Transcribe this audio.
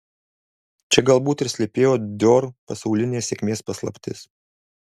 čia galbūt ir slypėjo dior pasaulinės sėkmės paslaptis